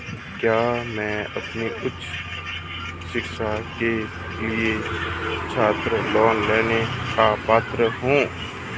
क्या मैं अपनी उच्च शिक्षा के लिए छात्र लोन लेने का पात्र हूँ?